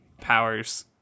powers